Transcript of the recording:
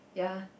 ya